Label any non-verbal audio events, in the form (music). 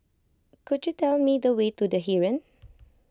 could you tell me the way to the Heeren (noise)